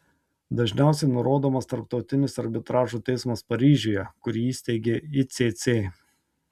dažniausiai nurodomas tarptautinis arbitražo teismas paryžiuje kurį įsteigė icc